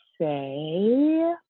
say